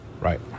Right